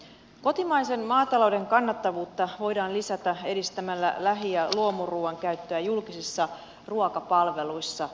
kotimaisen maatalouden kannattavuutta voidaan lisätä edistämällä lähi ja luomuruuan käyttöä julkisissa ruokapalveluissa